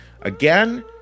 Again